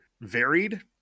varied